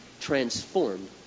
transformed